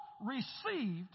received